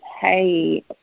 Hey